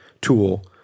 tool